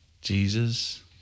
Jesus